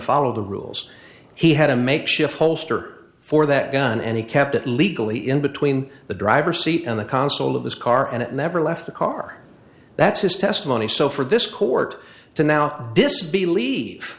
follow the rules he had a makeshift holster for that gun and he kept it legally in between the driver seat in the console of his car and it never left the car that's his testimony so for this court to now disbelieve